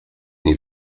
nie